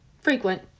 frequent